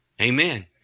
Amen